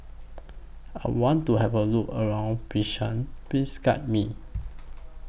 I want to Have A Look around Bishkek Please Guide Me